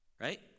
right